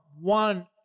one